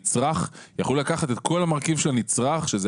יכול לקחת את כל המרכיב של הנצרך שזה